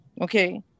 okay